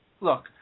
look